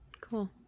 Cool